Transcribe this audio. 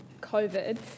COVID